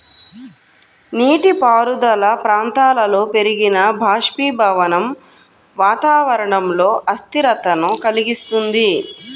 నీటిపారుదల ప్రాంతాలలో పెరిగిన బాష్పీభవనం వాతావరణంలో అస్థిరతను కలిగిస్తుంది